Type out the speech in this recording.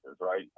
right